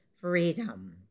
freedom